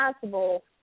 possible